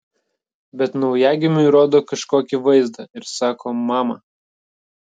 bet naujagimiui rodo kažkokį vaizdą ir sako mama